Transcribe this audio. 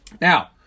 Now